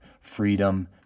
freedom